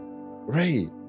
Ray